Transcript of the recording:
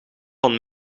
van